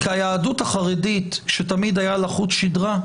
כי היהדות החרדית, שתמיד היה לה חוט שדרה,